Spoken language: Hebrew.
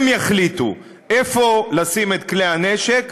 הם יחליטו איפה לשים את כלי הנשק,